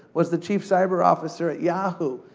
was the chief cyber officer at yahoo,